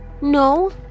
no